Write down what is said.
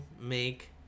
make